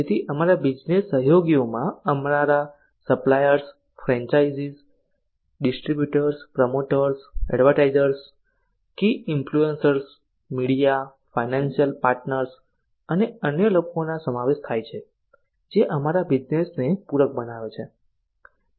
તેથી અમારા બિઝનેસ સહયોગીઓમાં અમારા suppliers franchisees distributors promoters advertisers key influencers media financial partners અને અન્ય લોકોનો સમાવેશ થાય છે જે અમારા બિઝનેસને પૂરક બનાવે છે